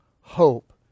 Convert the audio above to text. hope